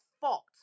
fault